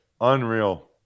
Unreal